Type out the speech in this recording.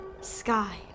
Sky